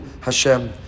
Hashem